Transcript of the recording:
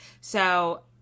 So-